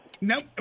Nope